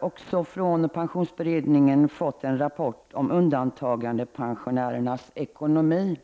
har vi från pensionsberedningen fått en rapport om undantagande pensionärernas ekonomi.